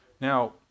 Now